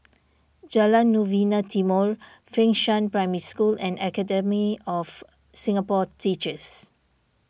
Jalan Novena Timor Fengshan Primary School and Academy of Singapore Teachers